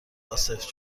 عاصف